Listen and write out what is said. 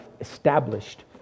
established